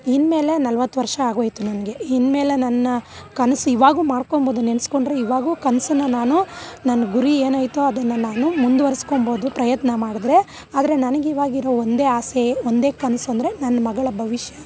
ಇನ್ಮೇಲೆ ನಲ್ವತ್ತು ವರ್ಷ ಆಗೋಯ್ತು ನನಗೆ ಇನ್ಮೇಲೆ ನನ್ನ ಕನಸು ಇವಾಗೂ ಮಾಡ್ಕೊಳ್ಬೋದು ನೆನೆಸ್ಕೊಂಡ್ರೆ ಇವಾಗೂ ಕನ್ಸನ್ನು ನಾನು ನನ್ನ ಗುರಿ ಏನೈತೋ ಅದನ್ನು ನಾನು ಮುಂದುವರೆಸ್ಕೊಳ್ಬೋದು ಪ್ರಯತ್ನ ಮಾಡಿದ್ರೆ ಆದರೆ ನನಗಿವಾಗಿರೋ ಒಂದೇ ಆಸೆ ಒಂದೇ ಕನಸು ಅಂದರೆ ನನ್ನ ಮಗಳ ಭವಿಷ್ಯ